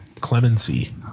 Clemency